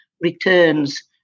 returns